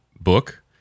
book